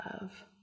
love